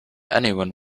anyone